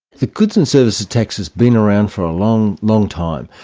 the goods and services tax has been around for a long long time.